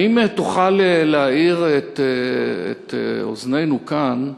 האם תוכל להאיר את אוזנינו כאן,